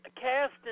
cast